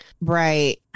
Right